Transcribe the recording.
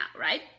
right